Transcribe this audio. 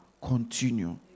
continue